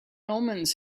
omens